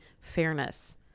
fairness